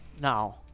Now